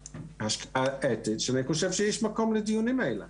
השקעה אתית, שאני חושב שיש מקום לדיונים האלה.